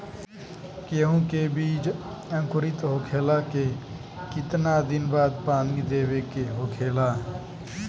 गेहूँ के बिज अंकुरित होखेला के कितना दिन बाद पानी देवे के होखेला?